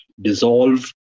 dissolve